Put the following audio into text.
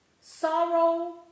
sorrow